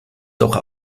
doch